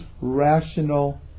rational